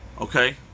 Okay